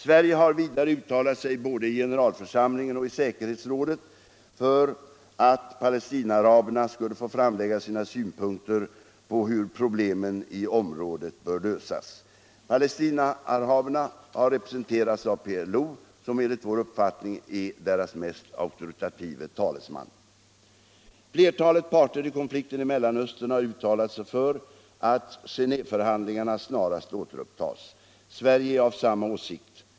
Sverige har vidare uttalat sig både i generalförsamlingen och i säkerhetsrådet för att Palestinaaraberna skulle få framlägga sina synpunkter på hur problemen i området bör lösas. Palestinaaraberna har representerats av PLO, som enligt vår uppfattning är deras mest auktoritative talesman. Flertalet parter i konflikten i Mellanöstern har uttalat sig för att Genéveförhandlingarna snarast återupptas. Sverige är av samma åsikt.